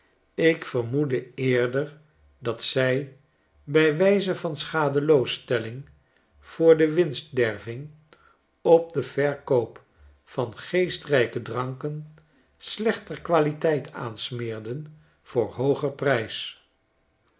ik vermoedde eerder dat zij by wijze van schadeloosstelling voor de winstderving op den verkoop van geestrijke dranken slechter qualiteit aansmeerden voor hooger prijs